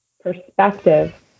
perspective